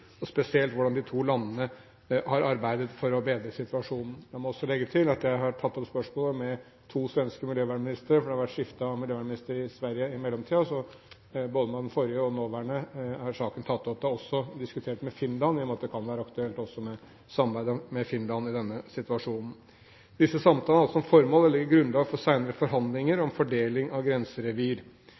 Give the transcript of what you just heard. bedre situasjonen. La meg også legge til at jeg har tatt opp spørsmålet med to svenske miljøvernministre. Det har vært skifte av miljøvernminister i Sverige, så saken er tatt opp både med den forrige og den nåværende. Det er også diskutert med Finland, i og med at det kan være aktuelt med samarbeid med Finland i denne situasjonen. Disse samtalene har hatt som formål å legge grunnlag for senere forhandlinger om fordeling av grenserevir.